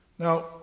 Now